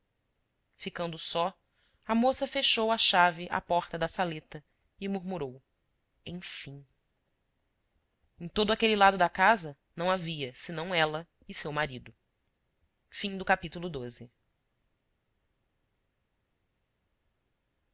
ficando só a moça fechou à chave a porta da saleta e murmurou enfim em todo aquele lado da casa não havia senão ela e seu marido afastemos indiscretamente uma